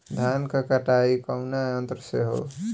धान क कटाई कउना यंत्र से हो?